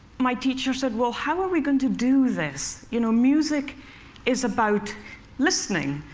my teacher said, well, how are we going to do this? you know, music is about listening.